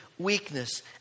weakness